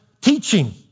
teaching